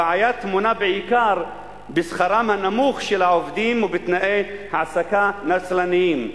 הבעיה טמונה בעיקר בשכרם הנמוך של העובדים ובתנאי העסקה נצלניים.